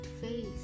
face